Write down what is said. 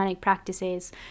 practices